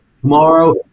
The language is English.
tomorrow